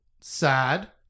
Sad